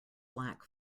lack